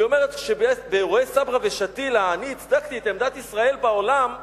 והיא אומרת שבאירועי סברה ושתילה אני הצדקתי את עמדת ישראל בעולם,